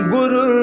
Guru